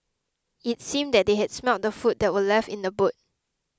it seemed that they had smelt the food that were left in the boot